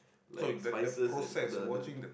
like spices and the the